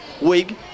Wig